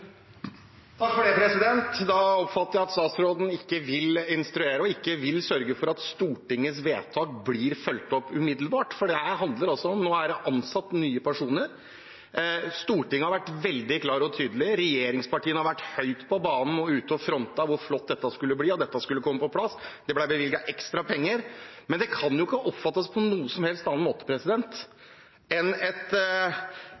Da oppfatter jeg at statsråden ikke vil instruere og ikke vil sørge for at Stortingets vedtak blir fulgt opp umiddelbart, for dette handler altså om at det nå er ansatt nye personer. Stortinget har vært veldig klar og tydelig, regjeringspartiene har vært høyt på banen og ute og frontet hvor flott dette skulle bli, at dette skulle komme på plass. Det ble bevilget ekstra penger, men det kan ikke oppfattes på noen som helst annen måte